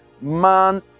man